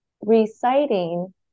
reciting